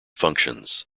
functions